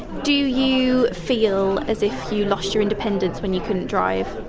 do you feel as if you lost your independence when you couldn't drive?